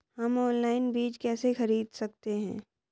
हम ऑनलाइन बीज कैसे खरीद सकते हैं?